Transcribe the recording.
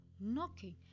knocking